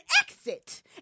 exit